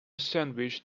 sandwich